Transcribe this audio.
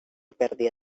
pérdida